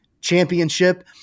championship